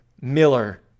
Miller